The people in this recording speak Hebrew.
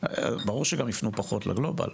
ברור שגם יפנו פחות לגלובאל.